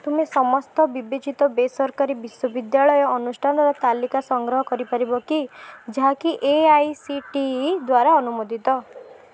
ତୁମେ ସମସ୍ତ ବିବେଚିତ ବେସରକାରୀ ବିଶ୍ୱବିଦ୍ୟାଳୟ ଅନୁଷ୍ଠାନର ତାଲିକା ସଂଗ୍ରହ କରିପାରିବ କି ଯାହାକି A I C T E ଦ୍ୱାରା ଅନୁମୋଦିତ